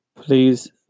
Please